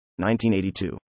1982